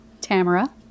Tamara